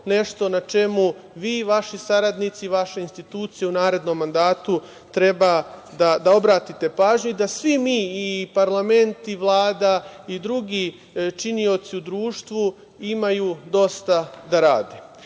na čemu vi i vaši saradnici, vaše institucije u narednom mandatu treba da obratite pažnju i da svi mi i parlament i Vlada i drugi činioci u društvu imaju dosta da